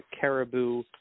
caribou